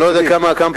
אני לא יודע כמה פעמים,